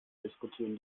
diskutieren